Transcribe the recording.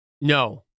No